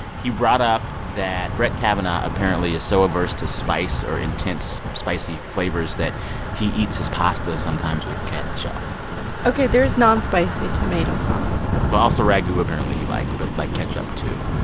he brought up that brett kavanaugh apparently is so averse to spice or intense spicy flavors that he eats his pasta sometimes with ketchup ok. there's non-spicy tomato sauce well, also ragu, apparently, he likes, but, like, ketchup, too.